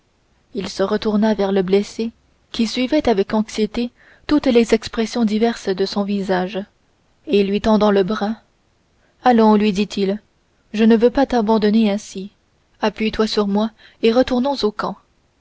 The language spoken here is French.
il se retourna vers le blessé qui suivait avec anxiété toutes les expressions diverses de son visage et lui tendant le bras allons lui dit-il je ne veux pas t'abandonner ainsi appuie-toi sur moi et retournons au camp